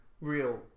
real